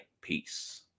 Peace